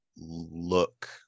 look